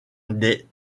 des